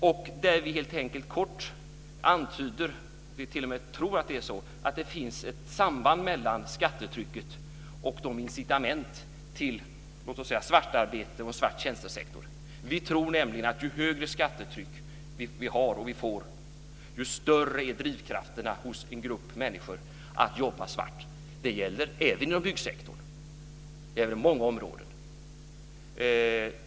Där antyder vi helt enkelt kort - och vi t.o.m. tror - att det finns ett samband mellan skattetrycket och de incitament som finns till svartarbete och svart tjänstesektor. Vi tror nämligen att ju högre skattetryck vi har och vi får, desto större är drivkrafterna hos en grupp människor att jobba svart. Det gäller även inom byggsektorn, och på många andra områden.